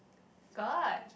got